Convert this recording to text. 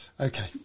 okay